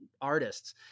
artists